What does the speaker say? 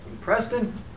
Preston